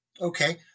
Okay